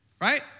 Right